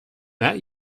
that